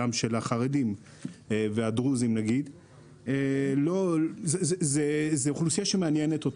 זה אוכלוסייה שמעניינת אותנו אבל אנחנו לא מצליחים לגשת אליה.